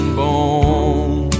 bone